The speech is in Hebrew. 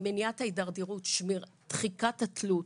מניעת ההידרדרות, דחיקת התלות,